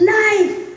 life